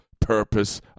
purpose